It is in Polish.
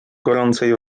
gorącej